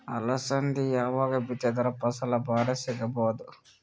ಅಲಸಂದಿ ಯಾವಾಗ ಬಿತ್ತಿದರ ಫಸಲ ಭಾರಿ ಸಿಗಭೂದು?